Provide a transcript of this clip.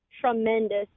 tremendous